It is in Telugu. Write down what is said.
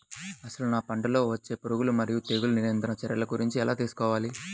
అసలు నా పంటలో వచ్చే పురుగులు మరియు తెగులుల నియంత్రణ చర్యల గురించి ఎలా తెలుసుకోవాలి?